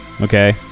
Okay